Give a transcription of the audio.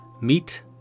Meet